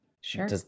Sure